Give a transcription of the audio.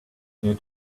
here